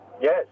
yes